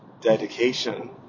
dedication